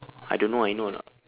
I don't know I know ah you know or not